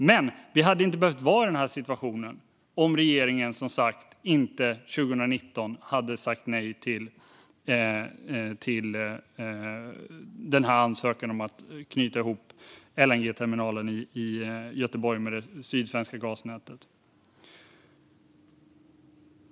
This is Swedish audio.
Men vi hade inte behövt vara i den här situationen om regeringen inte 2019 hade sagt nej till ansökan om att knyta ihop LNG-terminalen i Göteborg med det sydsvenska gasnätet. Fru talman!